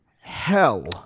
hell